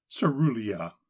cerulea